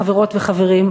חברות וחברים,